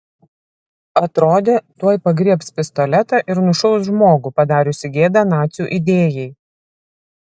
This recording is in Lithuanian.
atrodė tuoj pagriebs pistoletą ir nušaus žmogų padariusį gėdą nacių idėjai